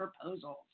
proposals